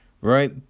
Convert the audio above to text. right